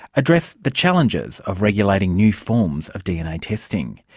addresses the challenges of regulating new forms of dna testing.